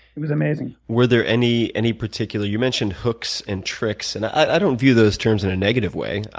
it was amazing. were there any any particular you mentioned hooks and tricks, and i don't view those terms in a negative way.